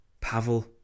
Pavel